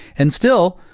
and still,